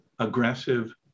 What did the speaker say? aggressive